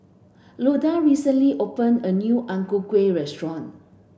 Loda recently open a new Ang Ku Kueh restaurant